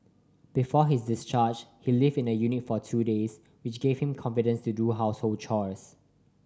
before his discharge he lived in the unit for two days which gave him confidence to do household chores